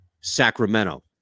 Sacramento